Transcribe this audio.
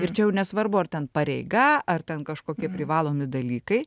ir čia jau nesvarbu ar ten pareiga ar ten kažkokie privalomi dalykai